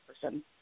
person